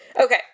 Okay